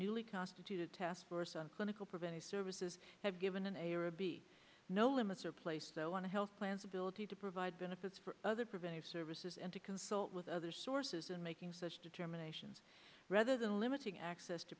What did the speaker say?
newly constituted taskforce on clinical preventive services have given an a or b no limits replace though on health plans ability to provide benefits for other preventive services and to consult with other sources in making such determinations rather than limiting access to